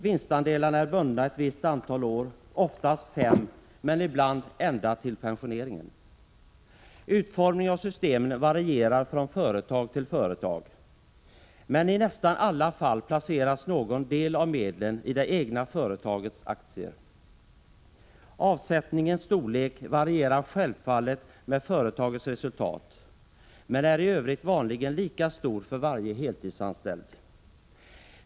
Vinstandelarna är bundna ett visst antal år, oftast fem men ibland ända till pensioneringen. Utformningen av systemen varierar från företag till företag, men i nästan alla fall placeras någon del av medlen i det egna företagets aktier. Avsättningens storlek varierar självfallet med företagets resultat men är i övrigt vanligen lika för varje heltidsanställd.